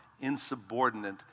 insubordinate